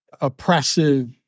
oppressive